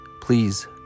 please